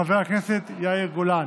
חבר הכנסת יאיר גולן.